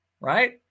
right